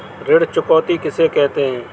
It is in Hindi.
ऋण चुकौती किसे कहते हैं?